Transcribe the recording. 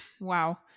wow